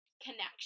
connection